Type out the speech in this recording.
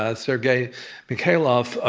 ah sergei mikhailov, ah